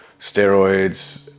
steroids